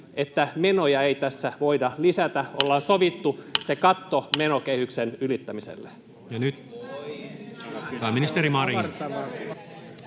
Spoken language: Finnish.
että menoja ei tässä voida lisätä. Ollaan sovittu se katto menokehyksen ylittämiselle.